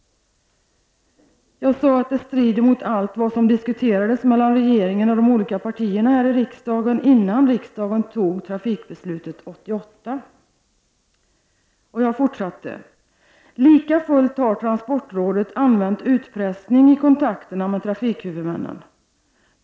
Det strider, sade jag, mot allt vad som diskuterats mellan regeringen och de olika partierna i riksdagen innan riksdagen fattade trafikbeslutet 1988. Jag fortsatte: ”Lika fullt har transportrådet använt utpressning i kontakterna med trafikhuvudmännen.